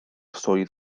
swydd